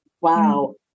wow